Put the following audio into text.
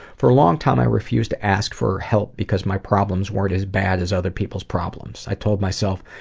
for a long time, i refused to ask for help because my problems weren't as bad as other people's problems. i told myself,